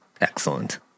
excellent